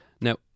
now